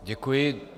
Děkuji.